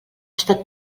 estat